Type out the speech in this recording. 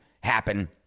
happen